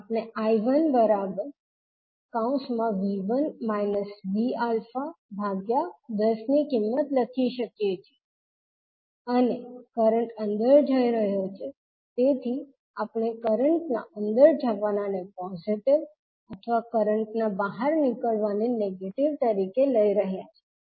આપણે 𝐈1 𝐕1 𝐕𝑎10 ની કિંમત લખી શકીએ છીએ અને કરંટ અંદર જઈ રહ્યો છે તેથી આપણે કરંટના અંદર જવાનાને પોઝિટીવ અથવા કરંટના બહાર નીકળવાને નેગેટીવ તરીકે લઈ રહ્યા છીએ